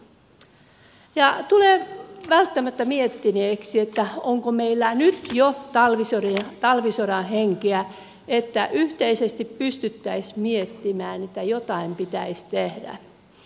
tulee välttämättä miettineeksi onko meillä nyt jo talvisodan henkeä niin että yhteisesti pystyttäisiin miettimään että jotain pitäisi tehdä